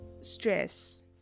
stress